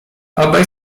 obaj